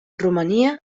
romania